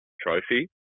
trophy